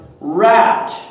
wrapped